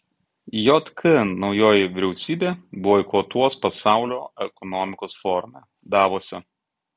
jk naujoji vyriausybė boikotuos pasaulio ekonomikos forume davose